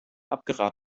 abgeraten